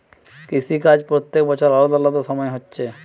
কৃষি কাজ প্রত্যেক বছর আলাদা আলাদা সময় হচ্ছে